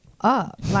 up